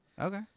Okay